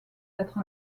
d’être